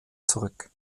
zurück